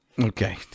Okay